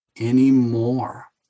anymore